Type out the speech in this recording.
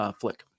flick